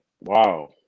wow